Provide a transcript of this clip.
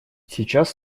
сейчас